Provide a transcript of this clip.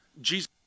Jesus